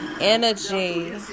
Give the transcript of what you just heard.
Energy